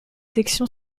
section